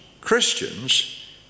Christians